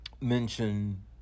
mention